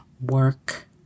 work